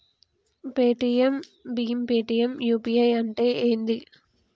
Paytm భీమ్ Paytm UPI అంటే ఏంది?